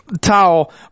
towel